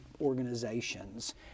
organizations